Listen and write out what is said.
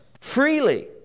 Freely